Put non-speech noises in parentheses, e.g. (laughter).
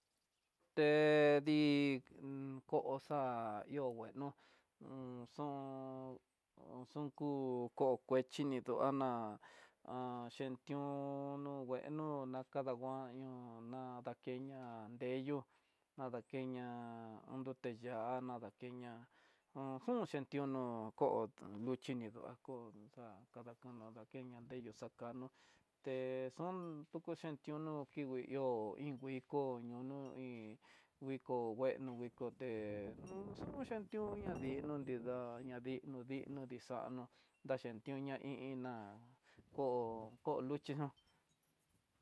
Té dii ko xa'á di'ó ngueno (hesitation) xun ho xun ku kuexhi no ndoá dana han xhen tión no kueno nakadanguan, iin ná dakeña deyu nadakeña onn té ya'á nadakeñá, uj (hesitation) xhin tionó koo nguxhi nidá koo xakadaku kadakeña deyu xakano, te xun xuku netiunó kikui ihó iin diko ho ñoo no hí nguiko ngueno nguikoté un xhion xhin tión ña dino nidá, ña dino dino dixa'a no ñaxhintión ña koo ko luxhi xon.